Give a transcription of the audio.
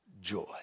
joy